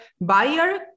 buyer